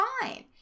fine